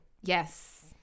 yes